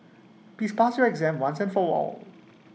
please pass your exam once and for all